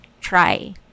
try